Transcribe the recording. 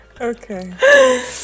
Okay